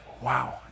Wow